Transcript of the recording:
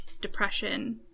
depression